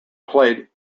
played